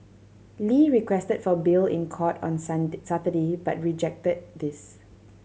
lee requested for bail in court on Saturday but rejected this